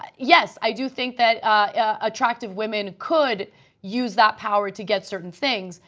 and yes, i do think that attractive women could use that power to get certain things,